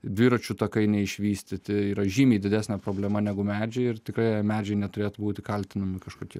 dviračių takai neišvystyti yra žymiai didesnė problema negu medžiai ir tikrai medžiai neturėtų būti kaltinami kažkokie